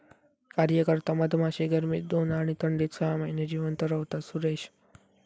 कार्यकर्ता मधमाशी गर्मीत दोन आणि थंडीत सहा महिने जिवंत रव्हता, सुरेश